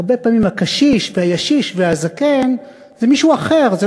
הרבה פעמים הקשיש והישיש והזקן זה מישהו אחר,